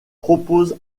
propose